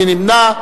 מי נמנע?